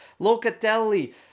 Locatelli